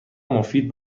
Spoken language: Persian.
مفید